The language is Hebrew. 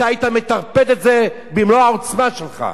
אתה היית מטרפד את זה במלוא העוצמה שלך,